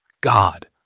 God